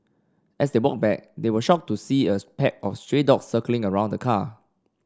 as they walked back they were shocked to see as pack of stray dogs circling around the car